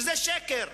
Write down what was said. זה שקר.